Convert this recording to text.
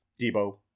Debo